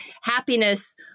happiness